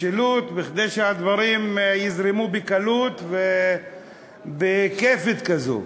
משילות, כדי שהדברים יזרמו בקלות כיפית כזאת.